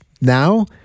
now